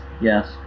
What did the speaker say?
Yes